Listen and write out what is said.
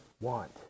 want